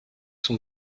son